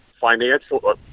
Financial